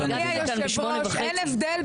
אדוני היושב-ראש, אני הגעתי לכאן בשמונה וחצי.